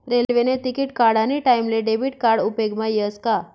रेल्वेने तिकिट काढानी टाईमले डेबिट कार्ड उपेगमा यस का